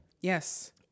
Yes